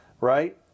right